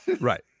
Right